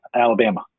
Alabama